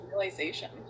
realization